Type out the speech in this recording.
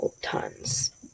tons